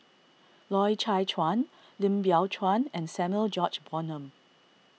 Loy Chye Chuan Lim Biow Chuan and Samuel George Bonham